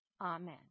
Amen